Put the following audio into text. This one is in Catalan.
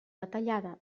detallada